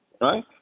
right